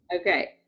Okay